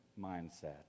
mindset